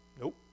Nope